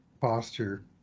posture